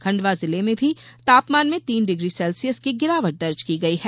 खण्डवा जिले में भी तापमान में तीन डिग्री सेल्सियस की गिरावट दर्ज की गई है